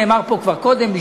נאמר פה כבר קודם,